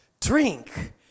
drink